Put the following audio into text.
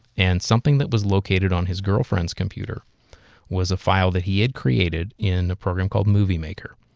and something that was located on his girlfriend's computer was a file that he had created in a program called movie maker.